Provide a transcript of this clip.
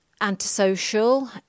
antisocial